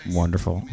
wonderful